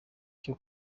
cyo